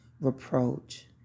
reproach